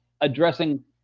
addressing